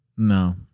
No